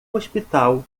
hospital